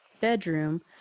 bedroom